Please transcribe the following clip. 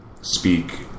speak